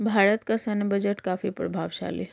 भारत का सैन्य बजट काफी प्रभावशाली है